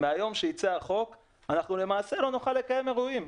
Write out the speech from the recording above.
שייצא החוק, אנחנו למעשה לא נוכל לקיים אירועים.